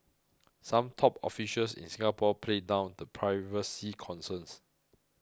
some top officials in Singapore played down the privacy concerns